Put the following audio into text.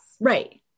right